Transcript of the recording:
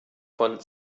von